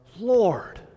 Lord